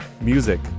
Music